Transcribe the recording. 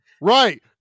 Right